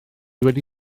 wedi